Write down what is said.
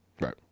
right